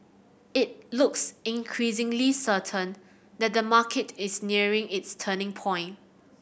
it looks increasingly certain that the market is nearing its turning point